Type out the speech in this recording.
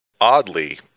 oddly